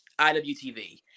IWTV